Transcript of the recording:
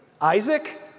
Isaac